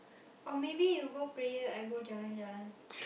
or maybe you go prayer I go jalan-jalan